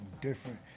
different